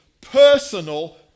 personal